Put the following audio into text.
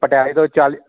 ਪਟਿਆਲੇ ਤੋਂ ਚਾਲੀ